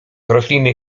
rośliny